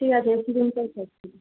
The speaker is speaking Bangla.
ঠিক আছে এসি রুমটাই